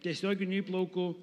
tiesioginių įplaukų